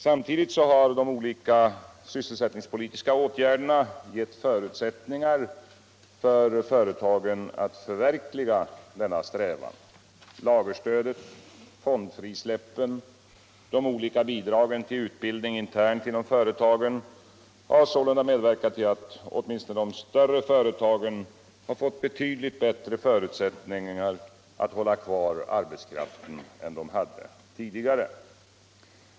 Samtidigt har de olika sysselsättningspolitiska åtgärderna gett företagen möjligheter att förverkliga denna strävan. Lagerstödet, fondfrisläppen och de olika bidragen till utbildning internt inom företagen har sålunda medverkat till att åtminstone de större företagen fått betydligt bättre förutsättningar att hålla kvar arbetskraft än de hade tidigare.